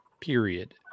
period